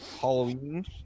Halloween